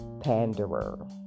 panderer